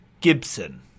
gibson